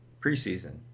preseason